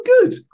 good